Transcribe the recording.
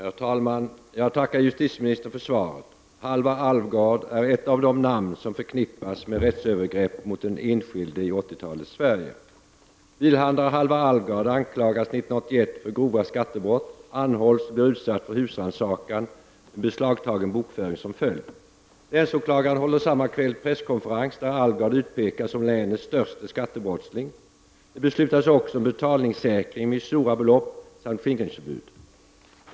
Herr talman! Jag tackar justitieministern för svaret. Halvar Alvgard är ett av de namn som förknippas med rättsövergrepp mot den enskilde i 80-talets Sverige. Bilhandlare Halvar Alvgard anklagades 1981 för grova skattebrott, anhölls och blev utsatt för husrannsakan med beslagtagen bokföring som följd. Länsåklagaren höll samma kväll presskonferens där Alvgard utpekades som länets störste skattebrottsling. Det beslutades också om betalningssäkring med stora belopp samt skingringsförbud.